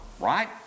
right